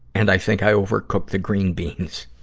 and i think i overcooked the green beans.